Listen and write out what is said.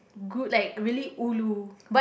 good like really ulu but